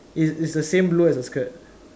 is is the same blue as the skirt